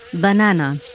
banana